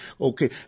okay